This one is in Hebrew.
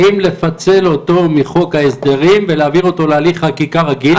האם לפצל אותו מחוק ההסדרים ולהעביר אותו להליך חקיקה רגיל,